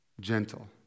Gentle